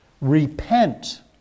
Repent